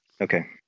Okay